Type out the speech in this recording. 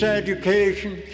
education